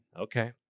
Okay